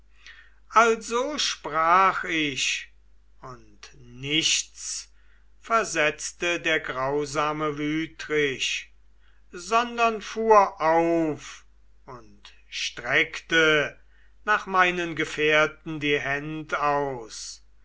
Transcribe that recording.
also sprach ich und nichts versetzte der grausame wütrich sondern fuhr auf und streckte nach meinen gefährten die händ aus